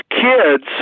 kids